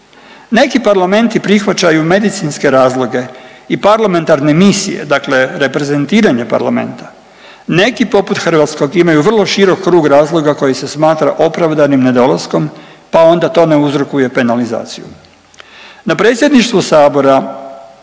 Neki parlamenti prihvaćaju medicinske razloga i parlamentarne misije, dakle reprezentiranje parlamenta. Neki poput hrvatskog imaju vrlo širok krug razloga koji se smatra opravdanim nedolaskom pa onda to ne uzrokuje penalizaciju. Na predsjedništvu sabora